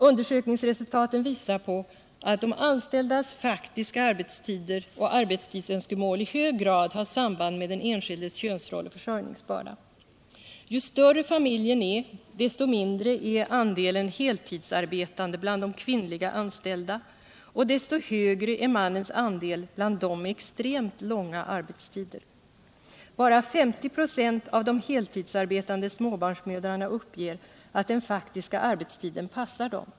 Undersökningsresultatet visar på att de anställdas faktiska arbetstider och arbetstidsönskemål i hög grad har samband med den enskildes könsroll och försörjningsbörda. Ju större familjen är, desto mindre är andelen heltidsarbetande bland de kvinnliga anställda, och desto högre är mannens andel bland dem med extremt långa arbetstider. Bara 50 96 av de heltidsarbetande småbarnsmödrarna uppger att den faktiska arbetstiden passar dem.